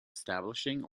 establishing